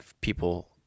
people